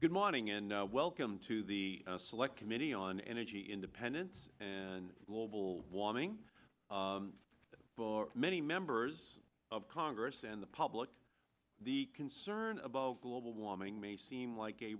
good morning and welcome to the select committee on energy independence and global warming for many members of congress and the public the concern about global warming may seem like a